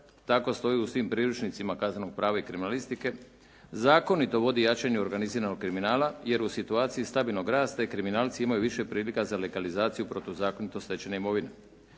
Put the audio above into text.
tako stoji u svim priručnicima kaznenog prava i kriminalistike, zakonito vodi jačanju organiziranog kriminala jer u situaciji stabilnog rasta i kriminalci imaju više prilika za legalizaciju protuzakonito stečene imovine.